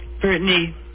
Brittany